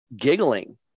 giggling